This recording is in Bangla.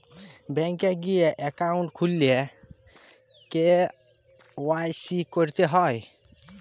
ব্যাঙ্ক এ গিয়ে একউন্ট খুললে কে.ওয়াই.সি ক্যরতে হ্যয়